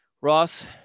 Ross